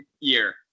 year